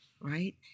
Right